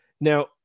now